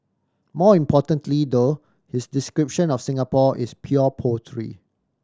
more importantly though his description of Singapore is pure poetry